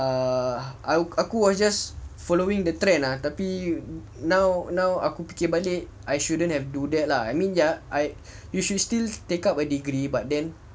uh aku was just following the trend ah tapi now now aku fikir balik I shouldn't have do that lah I mean ya I you should still take up a degree but then